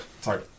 sorry